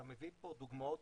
אתה מביא פה דוגמאות